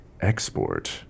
export